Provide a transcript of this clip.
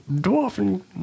dwarfing